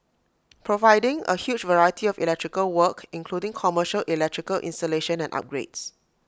providing A huge variety of electrical work including commercial electrical installation and upgrades